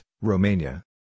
Romania